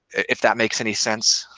if that makes any sense?